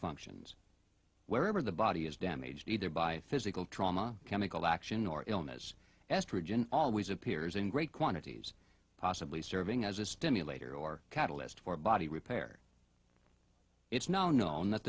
functions wherever the body is damaged either by physical trauma chemical action or illness estrogen always appears in great quantities possibly serving as a stimulator or catalyst for body repair it's no